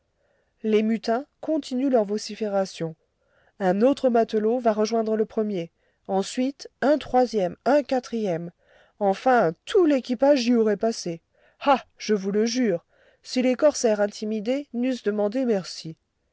les mutins continuent leurs vociférations un autre matelot va rejoindre le premier ensuite un troisième un quatrième enfin tout l'équipage y aurait passé ah je vous le jure si les corsaires intimidés n'eussent demandé merci